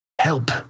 help